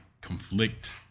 conflict